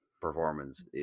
performance